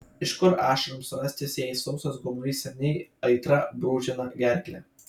iš kur ašaroms rastis jei sausas gomurys seniai aitra brūžina gerklę